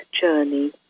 journey